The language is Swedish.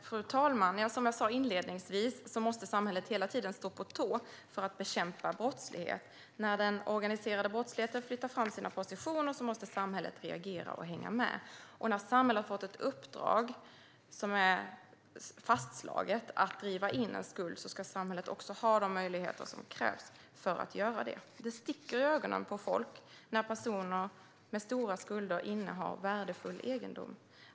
Fru talman! Som jag sa inledningsvis måste samhället hela tiden stå på tå för att bekämpa brottslighet. När den organiserade brottsligheten flyttar fram sina positioner måste samhället reagera och hänga med. När samhället har fått ett uppdrag som är fastslaget - att driva in en skuld - ska samhället också ha de möjligheter som krävs för att göra det. Det sticker i ögonen på folk när personer med stora skulder innehar värdefull egendom.